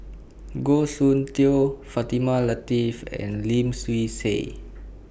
Goh Soon Tioe Fatimah Lateef and Lim Swee Say